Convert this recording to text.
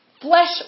flesh